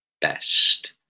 best